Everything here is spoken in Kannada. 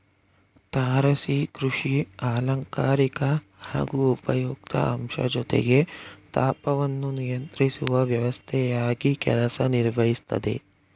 ತಾರಸಿ ಕೃಷಿ ಅಲಂಕಾರಿಕ ಹಾಗೂ ಉಪಯುಕ್ತ ಅಂಶ ಜೊತೆಗೆ ತಾಪವನ್ನು ನಿಯಂತ್ರಿಸುವ ವ್ಯವಸ್ಥೆಯಾಗಿ ಕೆಲಸ ನಿರ್ವಹಿಸ್ತದೆ